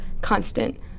constant